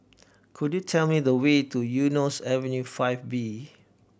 could you tell me the way to Eunos Avenue Five B